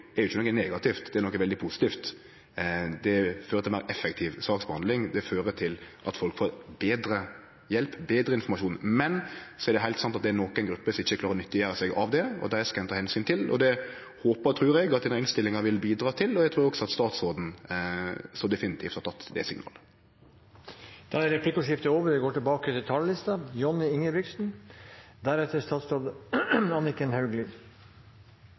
ikkje er noko negativt, det er noko veldig positivt. Det fører til meir effektiv saksbehandling, det fører til at folk får betre hjelp og betre informasjon. Men det er heilt sant at det er nokre grupper som ikkje klarar å gjere seg nytte av det, og dei skal ein ta omsyn til. Det håpar og trur eg at denne innstillinga vil bidra til, og eg trur også at statsråden så definitivt har teke det signalet. Replikkordskiftet er over.